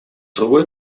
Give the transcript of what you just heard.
другой